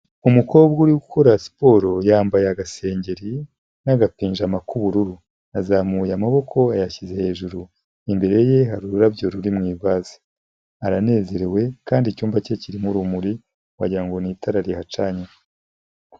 Umukobwa uri gukora siporo yambaye agasengeri n'agapinjama k'ubururu, azamuye amaboko yayashyize hejuru, imbere ye hari ururabyo ruri mu ivaze, aranezerewe kandi icyumba cye kirimo urumuri, wagira ngo ni itara rihacanye.